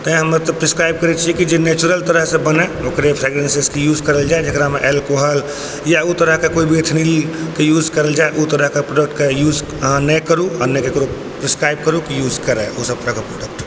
तय हम प्रिस्क्राइब करै छी कि जे नेचुरल तरहसँ बनै ओकरे फ्रेगनेन्सेज के यूज करै जकरा मे एल्कोहल या ओहि तरह के कोइ भी इथनील के यूज करल जाइ ओ तरह के प्रोडक्ट के यूज अहाँ नहि करू आ नहि ककरो प्रिस्क्राइब करू कि यूज करै ई सभ प्रोडक्ट